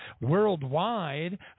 worldwide